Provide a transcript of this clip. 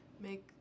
make